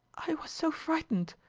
i was so frightened,